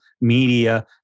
media